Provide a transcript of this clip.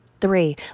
Three